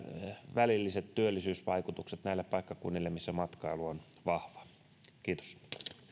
välilliset työllisyysvaikutukset näille paikkakunnille missä matkailu on vahva kiitos